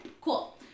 cool